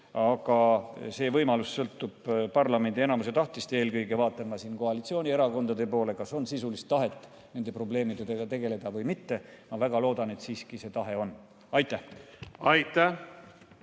See võimalus sõltub parlamendi enamuse tahtest. Eelkõige vaatan ma siin koalitsioonierakondade poole, kas on sisulist tahet nende probleemidega tegeleda või mitte. Ma väga loodan, et see tahe on. Aitäh!